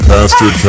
Pastor